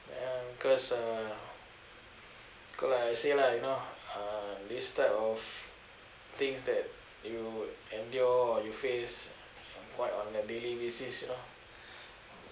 ya because uh cause like I say lah you know uh this type of things that you would endure you face quite on a daily basis you know